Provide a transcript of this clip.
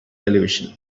television